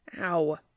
Ow